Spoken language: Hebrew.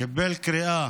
קיבל קריאה